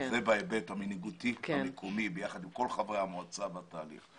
זה בהיבט המנהיגותי המקומי ביחד עם כל חברי המועצה בתהליך.